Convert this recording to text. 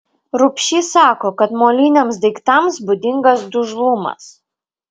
rubšys sako kad moliniams daiktams būdingas dužlumas